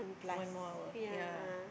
one more hour ya